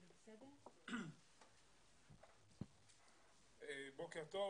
בוקר טוב.